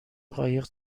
قایق